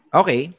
okay